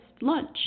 lunch